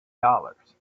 dollars